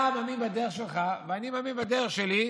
אתה מאמין בדרך שלך ואני מאמין בדרך שלי,